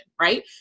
right